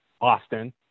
Austin